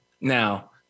Now